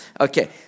okay